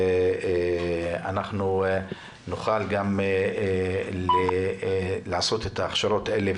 על מנת שנוכל לעשות את ההכשרות האלה,